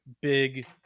big